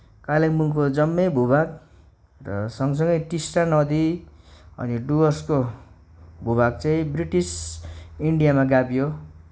कालिम्पोङको जम्मै भूभाग र सँगसँगै टिस्टा नदी अनि डुवर्सको भूभाग चाहिँ ब्रिटिस इन्डियामा गाभियो